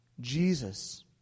Jesus